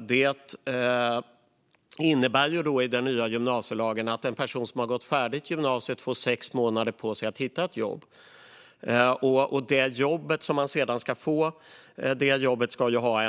Den nya gymnasielagen innebär att en person som gått färdigt gymnasiet har sex månader på sig att hitta ett jobb. Det jobb som man ska få ska ha